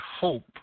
hope